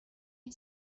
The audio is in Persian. این